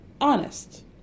...honest